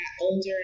older